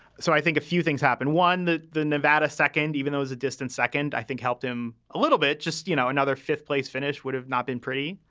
so i think a few things happened. one, that the nevada second, even though was a distant second. i think helped him a little bit. just, you know, another fifth place finish would have not been pretty.